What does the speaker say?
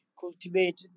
cultivated